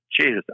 jesus